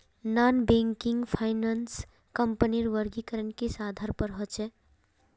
Non banking finance कंपनीर वर्गीकरण किस आधार पर होचे?